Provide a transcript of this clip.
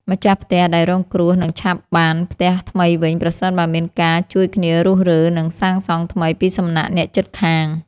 ម្ចាស់ផ្ទះដែលរងគ្រោះនឹងឆាប់បានផ្ទះថ្មីវិញប្រសិនបើមានការជួយគ្នារុះរើ និងសាងសង់ថ្មីពីសំណាក់អ្នកជិតខាង។